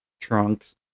trunks